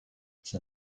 ça